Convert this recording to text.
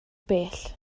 bell